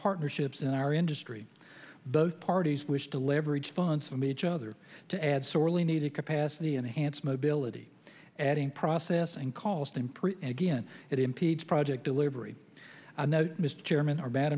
partnerships in our industry both parties wish to leverage funds from each other to add sorely needed capacity enhanced mobility adding process and cost improve again it impedes project delivery mr chairman or bad